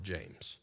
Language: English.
James